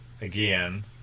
again